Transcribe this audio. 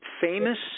famous